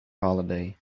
holiday